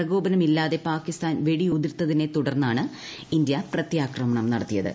പ്രകോപനമില്ലാത പാകിസ്ഥാൻ വെടിയുതിർത്തതിനെ തുടർന്നാണ് ഇന്ത്യ പ്രത്യാക്രമണം നടത്തിയത്